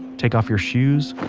take off your shoes,